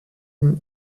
die